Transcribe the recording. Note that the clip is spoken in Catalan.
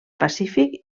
pacífic